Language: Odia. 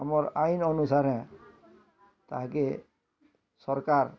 ଆମର୍ ଆଇନ୍ ଅନୁସାରେ ତାହାକେ ସରକାର୍